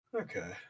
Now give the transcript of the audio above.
Okay